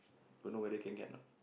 don't know whether can get or not